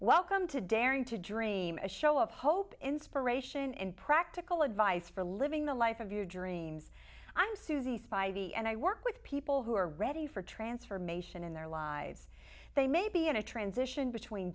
welcome to daring to dream a show of hope inspiration and practical advice for living the life of your dreams i'm susie's by the end i work with people who are ready for transformation in their lives they may be in a transition between